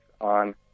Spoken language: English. on